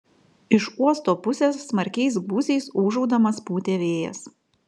iš uosto pusės smarkiais gūsiais ūžaudamas pūtė vėjas